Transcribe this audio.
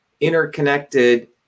interconnected